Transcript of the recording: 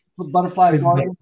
butterfly